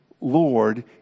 Lord